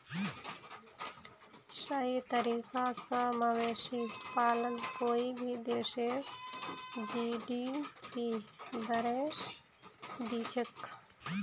सही तरीका स मवेशी पालन कोई भी देशेर जी.डी.पी बढ़ैं दिछेक